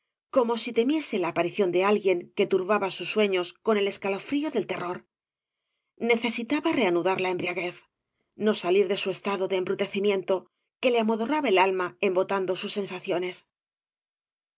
como si temiese la aparición de blguiea que turbaba sus sueños con el escalofrío del terror necesitaba reanudar la embriaguez no salir de su estado de embrutecimiento que le amodorraba el alma embotando sus sensaciones